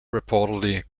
reportedly